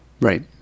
Right